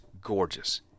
gorgeous